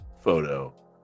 photo